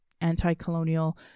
anti-colonial